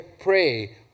pray